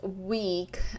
week